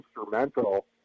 instrumental